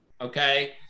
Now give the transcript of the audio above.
Okay